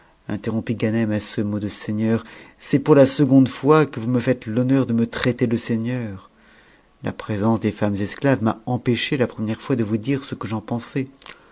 interrompit ganem à ce mot de seigneur c'est pour a seconde fois que vous me faites l'honneur de me traiter de seigneur la présence des femmes esclaves m'a empêché la première fois de vous dire ce que j'en pensais